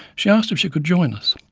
she asked if she could join us.